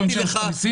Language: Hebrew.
איזה ייזום בנייה?